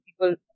people